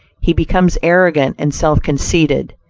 he becomes arrogant and self-conceited,